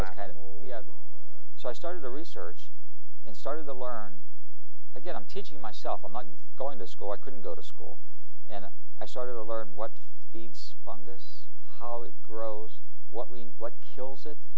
i had and so i started a research and started to learn again i'm teaching myself i'm not going to school i couldn't go to school and i started to learn what feeds fungus how it grows what we know what kills it